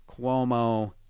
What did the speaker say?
Cuomo